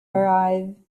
arrive